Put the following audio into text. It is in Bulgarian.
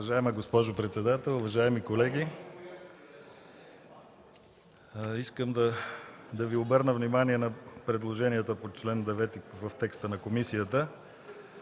Уважаема госпожо председател, уважаеми колеги, искам да Ви обърна внимание на предложенията по чл. 9 в текста на комисията.